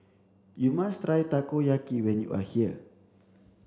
you must try Takoyaki when you are here